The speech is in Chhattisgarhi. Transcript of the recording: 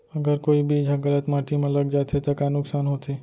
अगर कोई बीज ह गलत माटी म लग जाथे त का नुकसान होथे?